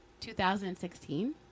2016